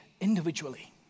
individually